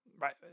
right